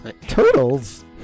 Turtles